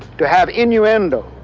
to have innuendos,